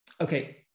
okay